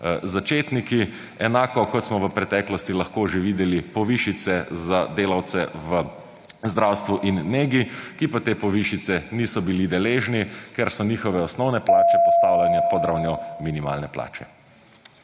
začetniki. Enako kot smo v preteklosti lahko že videli povišice za delavce v zdravstvu in negi, ki pa te povišice niso bili deležni, ker so njihove osnovne plače postavljane pod ravnjo minimalne plače.